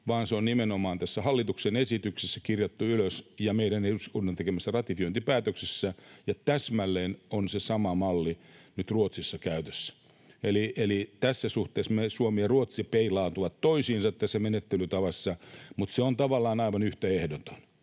vaan se on nimenomaan tässä hallituksen esityksessä kirjattu ylös ja meidän eduskunnan tekemässä ratifiointipäätöksessä, ja täsmälleen on se sama malli nyt Ruotsissa käytössä. Eli tässä suhteessa Suomi ja Ruotsi peilaantuvat toisiinsa tässä menettelytavassa, mutta se on tavallaan aivan yhtä ehdoton,